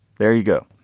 there you go.